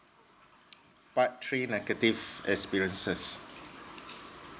part three negative experiences